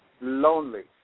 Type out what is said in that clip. lonely